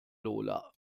lola